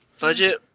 Budget